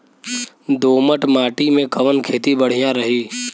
दोमट माटी में कवन खेती बढ़िया रही?